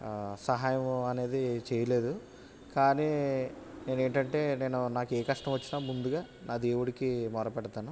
ఆ సహాయము అనేది చేయలేదు కానీ నేను ఏంటంటే నేను నాకు ఏ కష్టం వచ్చినా ముందుగా నా దేవుడికి మొరపెడతాను